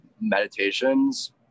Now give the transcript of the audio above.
meditations